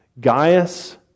Gaius